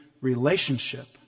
relationship